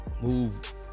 Move